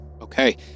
Okay